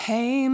Hey